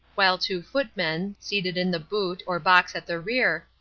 while two footmen, seated in the boot, or box at the rear,